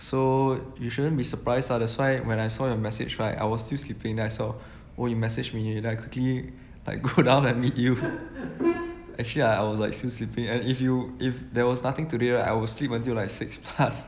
so you shouldn't be surprised lah that's why when I saw your message right I was still sleeping then I saw oh you message me then I quickly like go down and meet you actually I was like still sleeping and if you if there was nothing today right I will sleep until like six plus